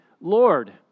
Lord